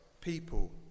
people